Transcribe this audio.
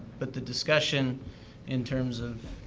but the discussion in terms of,